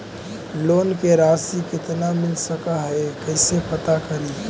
Loan के रासि कितना मिल सक है कैसे पता करी?